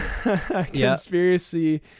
conspiracy